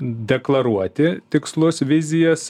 deklaruoti tikslus vizijas